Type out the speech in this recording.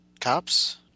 Cops